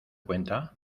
cuenta